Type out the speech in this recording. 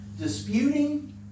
disputing